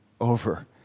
over